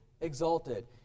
exalted